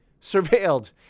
surveilled